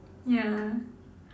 ya